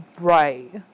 Right